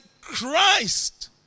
Christ